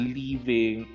leaving